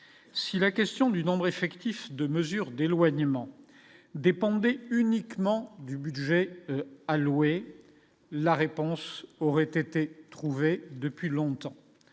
si la question du nombre effectif de mesures d'éloignement dépendait uniquement du budget alloué la réponse aurait été trouvée depuis longtemps